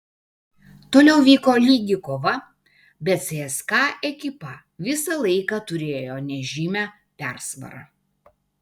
toliau vyko lygi kova bet cska ekipa visą laiką turėjo nežymią persvarą